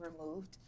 removed